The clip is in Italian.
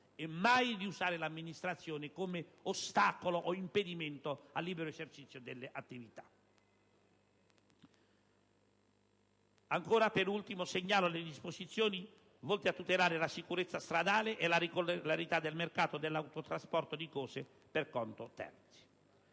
mai il proprio potere come ostacolo o impedimento al libero esercizio delle attività. In ultimo, segnalo le disposizioni volte a tutelare la sicurezza stradale e la regolarità del mercato dell'autotrasporto di cose per conto terzi.